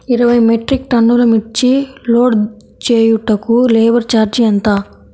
ఇరవై మెట్రిక్ టన్నులు మిర్చి లోడ్ చేయుటకు లేబర్ ఛార్జ్ ఎంత?